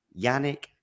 Yannick